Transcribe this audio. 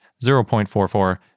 0.44